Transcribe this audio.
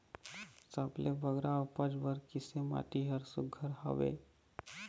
सबले बगरा उपज बर किसे माटी हर सुघ्घर हवे?